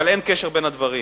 אבל אין קשר בין הדברים.